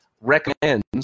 recommends